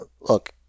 Look